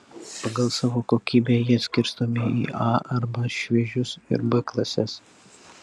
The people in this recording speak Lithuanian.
pagal savo kokybę jie skirstomi į a arba šviežius ir b klases